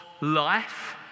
life